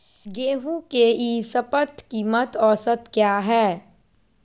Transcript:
गेंहू के ई शपथ कीमत औसत क्या है?